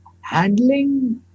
handling